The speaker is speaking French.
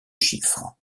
chiffres